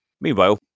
Meanwhile